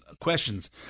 questions